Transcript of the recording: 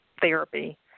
therapy